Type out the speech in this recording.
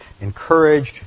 encouraged